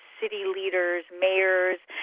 city leaders, mayors,